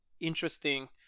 interesting